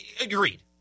Agreed